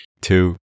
two